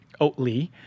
Oatly